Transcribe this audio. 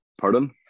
pardon